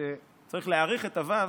צריך להאריך את הו',